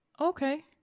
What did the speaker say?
Okay